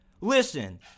Listen